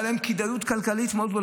והייתה להם כדאיות כלכלית גדולה מאוד.